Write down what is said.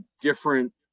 different